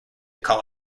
call